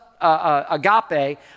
agape